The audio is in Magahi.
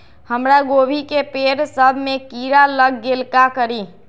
हमरा गोभी के पेड़ सब में किरा लग गेल का करी?